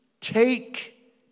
Take